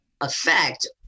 effect